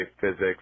physics